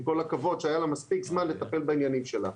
עם כל הכבוד שהיה לה מספיק זמן לטפל בעניינים שלה.